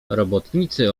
robotnicy